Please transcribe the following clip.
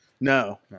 No